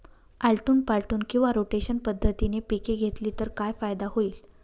आलटून पालटून किंवा रोटेशन पद्धतीने पिके घेतली तर काय फायदा होईल?